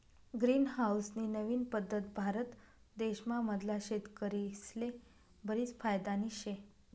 green house नी नवीन पद्धत भारत देश मधला शेतकरीस्ले बरीच फायदानी शे